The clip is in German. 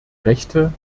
rechte